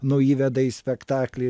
nu įveda į spektaklį